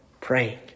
praying